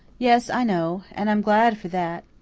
yes, i know. and i'm glad for that.